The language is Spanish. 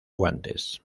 guantes